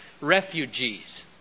Refugees